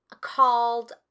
called